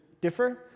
differ